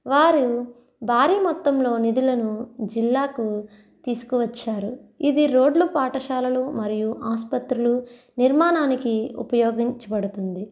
వారు భారీ మొత్తంలో నిధులను జిల్లాకు తీసుకువచ్చారు ఇది రోడ్లు పాఠశాలలు మరియు ఆస్పత్రులు నిర్మాణానికి ఉపయోగించబడుతుంది